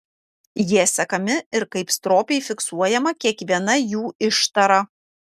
jie sekami ir kaip stropiai fiksuojama kiekviena jų ištara